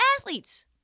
athletes